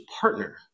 partner